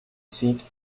seat